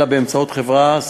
אלא באמצעות חברה,